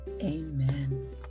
Amen